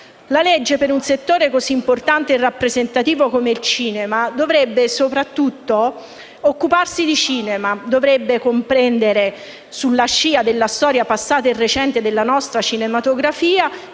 La legge per un settore così importante e rappresentativo come il cinema dovrebbe soprattutto occuparsi di cinema; dovrebbe inoltre comprendere, sulla scia della storia passata e recente della nostra cinematografia,